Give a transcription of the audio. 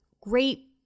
great